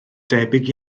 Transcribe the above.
debyg